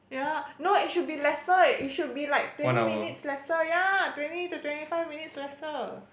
ya no it should be lesser it should be like twenty minutes lesser ya twenty to twenty five minutes lesser